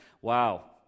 Wow